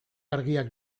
argiak